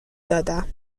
دادم